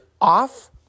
off